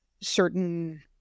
certain